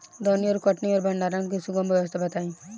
दौनी और कटनी और भंडारण के सुगम व्यवस्था बताई?